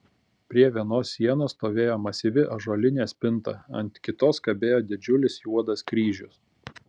prie vienos sienos stovėjo masyvi ąžuolinė spinta ant kitos kabėjo didžiulis juodas kryžius